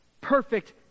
perfect